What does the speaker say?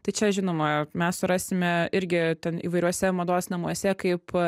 tai čia žinoma mes surasime irgi ten įvairiuose mados namuose kaip